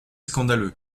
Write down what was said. scandaleux